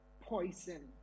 poison